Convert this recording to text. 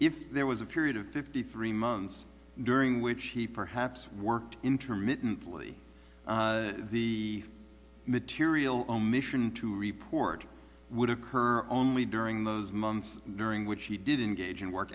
if there was a period of fifty three months during which he perhaps worked intermittently the material omission to report would occur only during those months during which he didn't gauge and work